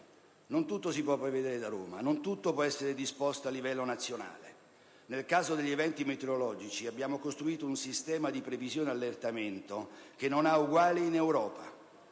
Non tutto si può prevedere da Roma, non tutto può essere disposto a livello nazionale. Nel caso degli eventi meteorologici abbiamo costruito un sistema di previsione e allertamento che non ha uguali in Europa;